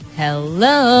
hello